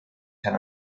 san